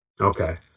Okay